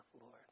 Lord